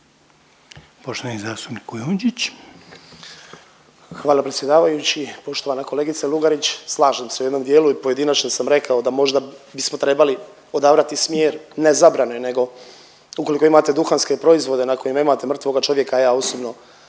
**Kujundžić, Ante (MOST)** Hvala predsjedavajući. Poštovana kolegice Lugarić slažem se u jednom dijelu i pojedinačno sam rekao da možda bismo trebali odabrati smjer ne zabrane nego ukoliko imate duhanske proizvode na kojem nemate mrtvoga čovjeka ja osobno